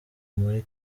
muri